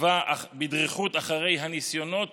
עקבה בדריכות אחרי הניסיונות